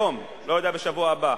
אני לא יודע בשבוע הבא,